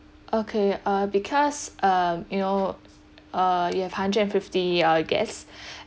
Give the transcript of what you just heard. okay uh because um you know uh you have hundred and fifty uh guests